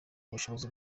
bushobozi